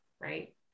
Right